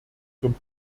zum